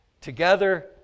Together